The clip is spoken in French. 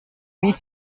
mis